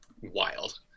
wild